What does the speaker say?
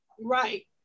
Right